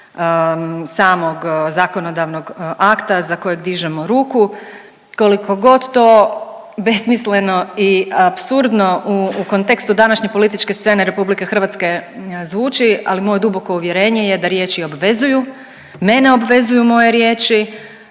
samog zakonodavnog akta za kojeg dižemo ruku. Koliko god to besmisleno i apsurdno u kontekstu današnje političke scene RH zvuči ali moje duboko uvjerenje je da riječi obvezuju. Mene obvezuju moje riječi,